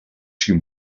too